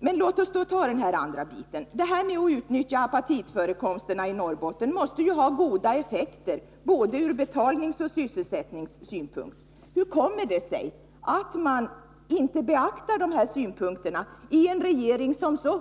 Men låt oss ta den andra biten. Att man utnyttjar apatitförekomsterna i Norrbotten måste ju ha goda effekter ur både betalningsoch sysselsättningssynpunkt. Hur kommer det sig att man inte beaktar dessa synpunkter i regeringen?